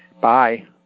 bye